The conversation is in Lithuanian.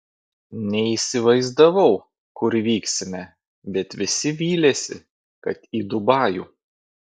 neįsivaizdavau kur vyksime bet visi vylėsi kad į dubajų